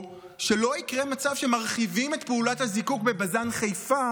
או שלא יקרה מצב שמרחיבים את פעולת הזיקוק בבז"ן חיפה